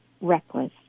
reckless